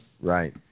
Right